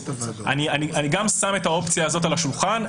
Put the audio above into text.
אני שם גם את האופציה הזאת על השולחן.